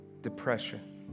depression